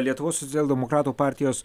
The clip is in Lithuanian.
lietuvos socialdemokratų partijos